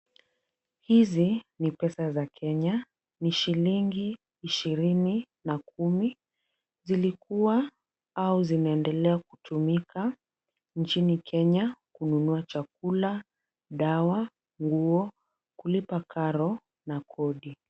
Hizi ni pesa za Kenya. Ni shilingi ishirini na kumi. Zilikuwa au zinaendelea kutumika nchini Kenya kununua chakula, dawa, nguo, kulipa karo na kodi.